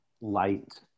light